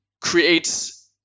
creates